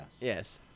Yes